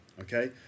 okay